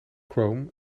chrome